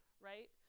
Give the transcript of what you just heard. right